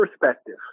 perspective